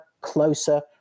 closer